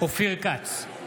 אופיר כץ,